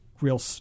real